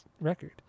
record